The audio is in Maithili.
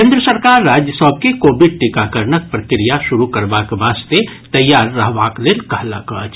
केन्द्र सरकार राज्य सभ के कोविड टीकाकरणक प्रक्रिया शुरू करबाक वास्ते तैयार रहबाक लेल कहलक अछि